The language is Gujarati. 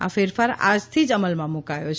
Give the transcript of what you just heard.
આ ફેરફાર આજથી જ અમલમાં મૂકાયો છે